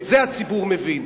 את זה הציבור מבין.